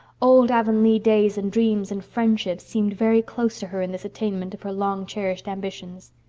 old avonlea days and dreams and friendships seemed very close to her in this attainment of her long-cherished ambitions.